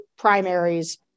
primaries